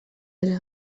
ere